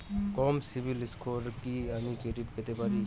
কম CIBIL স্কোরে কি আমি ক্রেডিট পেতে পারি?